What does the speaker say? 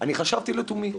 אני חשבתי לתומי